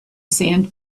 sand